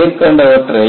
மேற்கண்டவற்றை